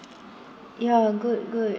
ya good good